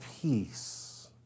peace